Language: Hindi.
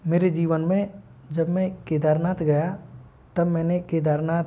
मेरे जीवन में जब मैं केदारनाथ गया तब मैंने केदारनाथ